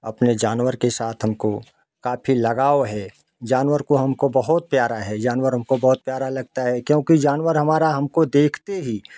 अपने जानवर के साथ हमको काफ़ी लगाव है जानवर को हमको बहुत प्यारा है जानवर हमको बहुत प्यारा लगता है क्योंकि जानवर हमारा हमको देखते ही